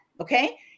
okay